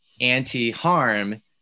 anti-harm